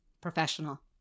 Professional